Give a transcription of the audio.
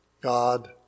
God